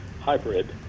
hybrid